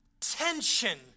tension